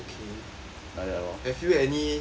have you any